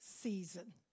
season